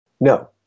No